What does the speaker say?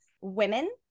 women